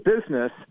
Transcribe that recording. business